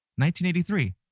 1983